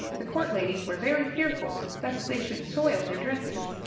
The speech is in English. the court ladies were very fearful lest they should soil their dresses,